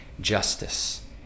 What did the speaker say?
justice